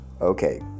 Okay